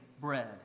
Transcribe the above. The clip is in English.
bread